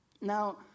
Now